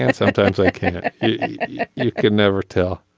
and sometimes i can you can never tell.